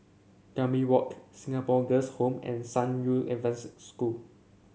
Gambir Walk Singapore Girls' Home and San Yu Adventist School